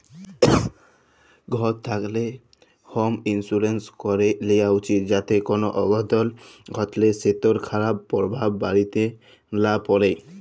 ঘর থ্যাকলে হম ইলসুরেলস ক্যরে লিয়া উচিত যাতে কল অঘটল ঘটলে সেটর খারাপ পরভাব বাড়িতে লা প্যড়ে